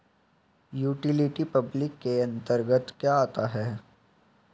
Utility public के अंतर्गत क्या आता है?